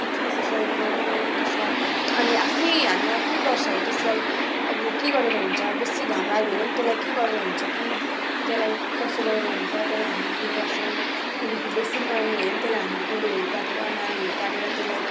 त्यति बेसी सहयोग पाउँदैनौँ अन्त स अनि आफै हामी आफै गर्छौँ त्यसलाई अब के गरेर हुन्छ बेसी घाम लाग्यो भने पनि त्यसलाई के गरेर हुन्छ कि त्यसलाई कसो गरेर हुन्छ त्यसलाई हामी उयो गर्छौँ त्यहाँदेखि बेसी पानी त्यसलाई हामी कुलोहरू काटेर नालीहरू काटेर त्यसलाई